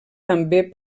també